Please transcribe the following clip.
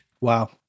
Wow